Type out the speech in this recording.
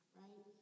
right